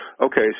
okay